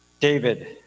David